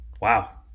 Wow